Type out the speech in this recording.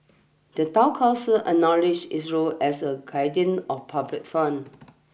the Town Council acknowledges its role as a guardian of public funds